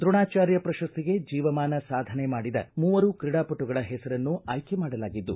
ದ್ರೋಣಾಚಾರ್ಯ ಪ್ರಶಸ್ತಿಗೆ ಜೀವಮಾನ ಸಾಧನೆ ಮಾಡಿದ ಮೂವರು ಕ್ರೀಡಾಪಟುಗಳ ಹೆಸರನ್ನು ಆಯ್ಕೆ ಮಾಡಲಾಗಿದ್ದು